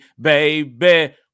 baby